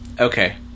Okay